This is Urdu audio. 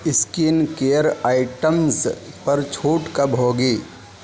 اسکن کیئر آئٹمز پر چھوٹ کب ہوگی